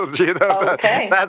Okay